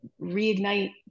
reignite